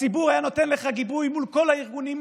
הציבור היה נותן לך גיבוי מול כל הארגונים,